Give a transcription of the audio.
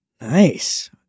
Nice